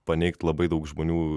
paneigti labai daug žmonių